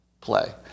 play